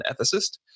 ethicist